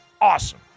awesome